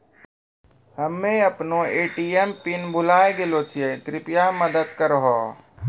हम्मे अपनो ATM PIN भुलाय गेलो छियै, कृपया मदत करहो